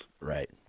Right